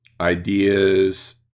ideas